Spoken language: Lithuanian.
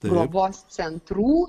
globos centrų